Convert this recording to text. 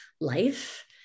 life